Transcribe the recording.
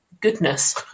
goodness